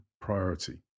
priority